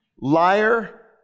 liar